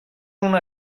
una